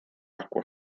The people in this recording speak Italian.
acqua